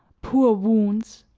poor wounds!